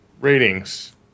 Ratings